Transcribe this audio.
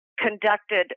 conducted